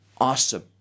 awesome